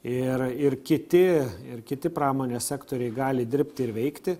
ir ir kiti ir kiti pramonės sektoriai gali dirbti ir veikti